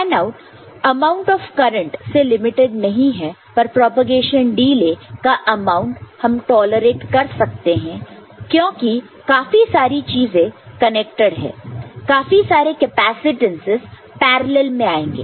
fan out amount of current से limited नहीं है पर प्रोपेगेशन डिले का अमाउंट हम टॉलरेट कर सकते हैं क्योंकि काफी सारी चीजें कनेक्टड है काफी सारे कैपेसिटेंसस पैरॅलल् में आएंगे